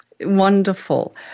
wonderful